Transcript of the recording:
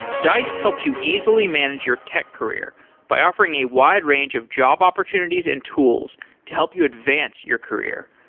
dice helps you easily manage your tech career by offering a wide range of job opportunities and tools to help you advance your career.